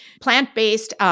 Plant-based